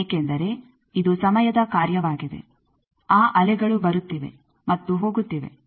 ಏಕೆಂದರೆ ಇದು ಸಮಯದ ಕಾರ್ಯವಾಗಿದೆ ಆ ಅಲೆಗಳು ಬರುತ್ತಿವೆ ಮತ್ತು ಹೋಗುತ್ತಿವೆ